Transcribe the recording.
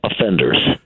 offenders